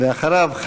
ואחריו,